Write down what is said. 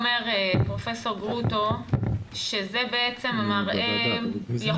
פרופ' גרוטו זה לא אומר שזה בעצם יכול להעיד